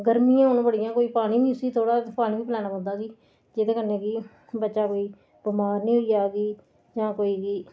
गर्मियां होन बड़ियां कोई पानी नी उसी थोह्ड़ी पानी बी पलाना पौंदा कि जेह्दे कन्नै कि बच्चा कोई बमार नी होई जा की जां कोई बी